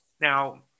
Now